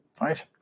Right